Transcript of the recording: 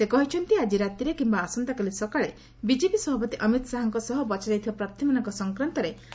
ସେ କହିଛନ୍ତି ଆକି ରାତିରେ କିମ୍ବା ଆସନ୍ତାକାଲି ସକାଳେ ବିକେପି ସଭାପତି ଅମିତ୍ ଶାହାଙ୍କ ସହ ବଛାଯାଇଥିବା ପ୍ରାର୍ଥୀମାନଙ୍କ ସଂକ୍ରାନ୍ତରେ ଆଲୋଚନା ହେବ